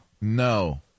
No